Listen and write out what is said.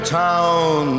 town